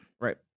Right